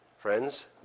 Friends